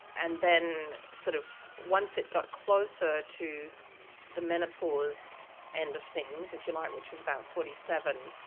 and then sort of once it got closer to the menopause end of things if you like, which is about forty seven,